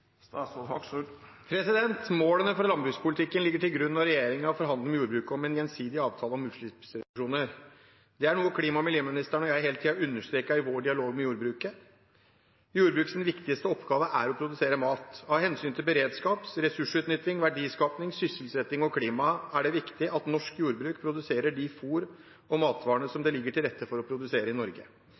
Målene for landbrukspolitikken ligger til grunn når regjeringen forhandler med jordbruket om en gjensidig avtale om utslippsreduksjoner. Det er noe klima- og miljøministeren og jeg hele tiden har understreket i vår dialog med jordbruket. Jordbrukets viktigste oppgave er å produsere mat. Av hensyn til beredskap, ressursutnytting, verdiskaping, sysselsetting og klima er det viktig at norsk jordbruk produserer de fôr- og matvarene som det ligger til rette for å produsere i Norge,